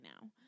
now